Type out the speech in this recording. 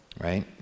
right